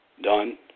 done